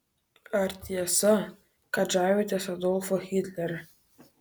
ar tiesa kad žavitės adolfu hitleriu